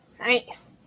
nice